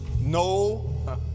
No